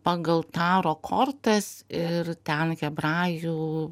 pagal taro kortas ir ten hebrajų